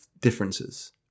differences